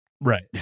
right